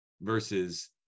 versus